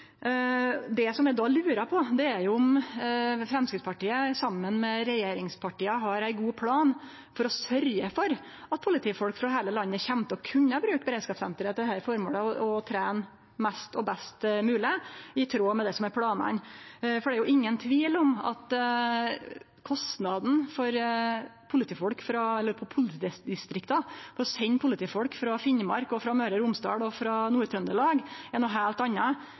då lurar på, er om Framstegspartiet, saman med regjeringspartia, har ein god plan for å sørgje for at politifolk frå heile landet skal kunne bruke beredskapssenteret til dette formålet og trene mest og best mogeleg i tråd med det som er planane. Det er ingen tvil om at kostnaden for politidistrikta med å sende politifolk frå Finnmark, Møre og Romsdal og Nord-Trøndelag er noko heilt anna